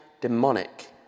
demonic